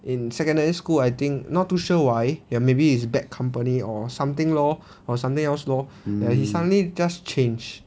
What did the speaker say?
in secondary school I think not too sure why ya maybe it's bad company or something lor or something else lor ya he suddenly just change